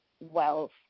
wealth